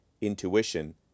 intuition